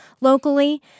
locally